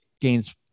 gains